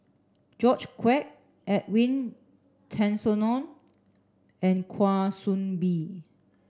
George Quek Edwin Tessensohn and Kwa Soon Bee